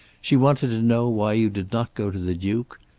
she wanted to know why you did not go to the duke.